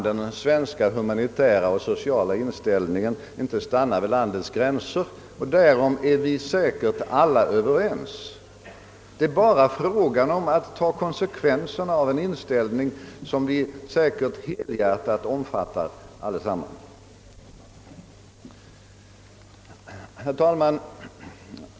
Den svenska humanitära och sociala inställningen kan inte upphöra att gälla vid landets gränser. Därom är vi säkerligen alla överens — det är bara fråga om att ta konsekvenserna av en inställning som vi väl allesammans helhjärtat omfattar. Herr talman!